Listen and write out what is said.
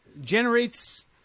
generates